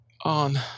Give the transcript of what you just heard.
on